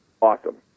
awesome